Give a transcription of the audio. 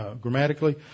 grammatically